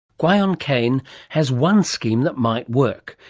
gwion cain has one scheme that might work,